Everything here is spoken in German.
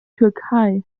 türkei